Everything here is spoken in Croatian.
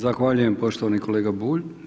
Zahvaljujem poštovani kolega Bulj.